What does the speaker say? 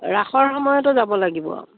ৰাসৰ সময়তো যাব লাগিব